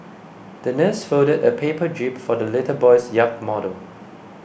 the nurse folded a paper jib for the little boy's yacht model